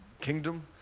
kingdom